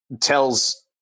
tells